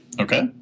Okay